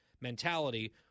mentality